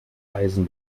eisen